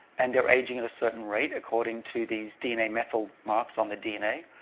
and they're aging at a certain rate, according to these dna methyl marks on the dna.